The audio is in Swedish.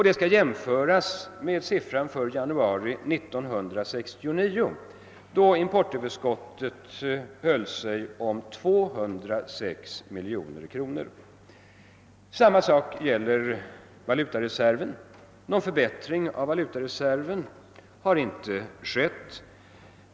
Det skall jämföras med siffran för 1969, då importöverskottet var 206 miljoner kronor under samma tid. Samma sak gäller valutareserven. Någon förbättring av den har inte ägt rum.